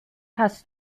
hast